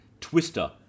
Twister